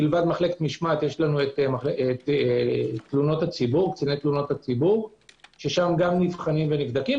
גם יש תלונות הציבור ששם גם נבחנים ונבדקים,